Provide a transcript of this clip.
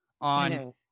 on